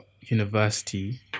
university